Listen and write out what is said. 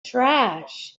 trash